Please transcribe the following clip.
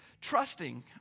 trusting